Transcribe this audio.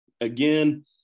Again